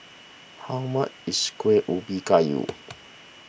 how much is Kuih Ubi Kayu